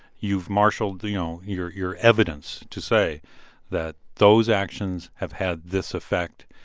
you've marshaled, you you know, your your evidence to say that those actions have had this effect,